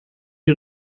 die